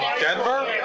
Denver